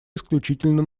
исключительно